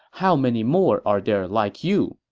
how many more are there like you?